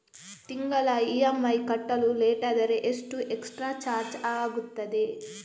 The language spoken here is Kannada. ತಿಂಗಳ ಇ.ಎಂ.ಐ ಕಟ್ಟಲು ಲೇಟಾದರೆ ಎಷ್ಟು ಎಕ್ಸ್ಟ್ರಾ ಚಾರ್ಜ್ ಆಗುತ್ತದೆ?